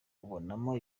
ubonamo